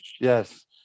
Yes